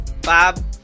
Bob